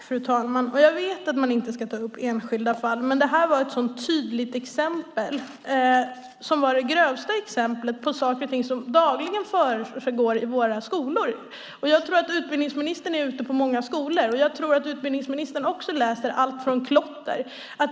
Fru talman! Jag vet att man inte ska ta upp enskilda fall, men det här var ett sådant tydligt exempel. Det var det grövsta exemplet på saker och ting som dagligen försiggår i våra skolor. Jag tror att utbildningsministern är ute på många skolor. Jag tror också att utbildningsministern läser klotter.